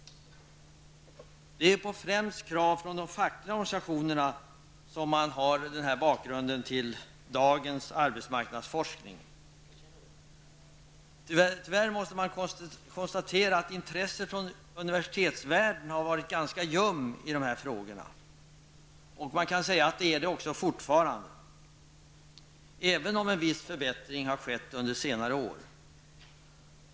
Det är främst krav från de fackliga organisationerna som utgör bakgrunden till dagens arbetslivsforskning. Tyvärr kan man konstatera att intresset från universitetsvärlden har varit ganska ljumt för de här frågorna, och man kan säga att så är det fortfarande, även om en viss förbättring har skett under senare år.